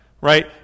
right